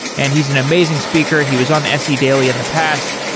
and he's an amazing speaker. he was on se daily in the past.